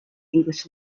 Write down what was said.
english